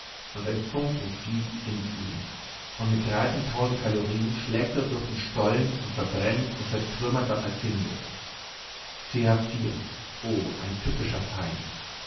und ein funken fliegt in ihn und mit dreizehntausend kalorien schlägt er durch den stollen und verbrennt und zertrümmert was er findet o ein tückischer feind